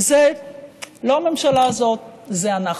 וזה לא הממשלה הזאת, זה אנחנו.